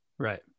Right